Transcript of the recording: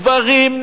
גברים,